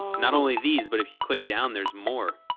not only these, but if you click down, there's more.